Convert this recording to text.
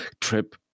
Trip